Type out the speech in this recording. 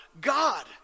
God